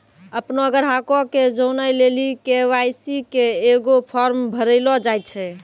अपनो ग्राहको के जानै लेली के.वाई.सी के एगो फार्म भरैलो जाय छै